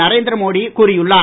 நரேந்திர மோடி கூறியுள்ளார்